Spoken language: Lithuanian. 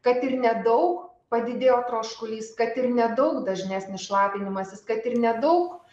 kad ir nedaug padidėjo troškulys kad ir nedaug dažnesnis šlapinimasis kad ir nedaug